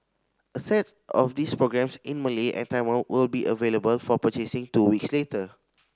a set of these programmes in Malay and Tamil will be available for purchasing two weeks later